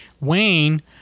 Wayne